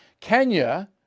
Kenya